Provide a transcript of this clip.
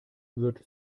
wird